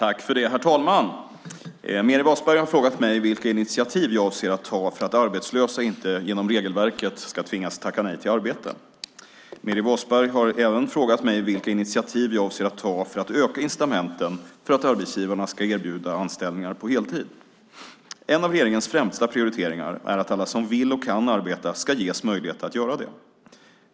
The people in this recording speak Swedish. Herr talman! Meeri Wasberg har frågat mig vilka initiativ jag avser att ta för att arbetslösa inte genom regelverket ska tvingas tacka nej till arbete. Meeri Wasberg har även frågat mig vilka initiativ jag avser att ta för att öka incitamenten för att arbetsgivarna ska erbjuda anställningar på heltid. En av regeringens främsta prioriteringar är att alla som vill och kan arbeta ska ges möjlighet att göra det.